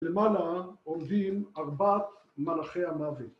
למעלה עומדים ארבעת מלאכי המוות